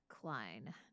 Klein